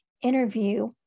interview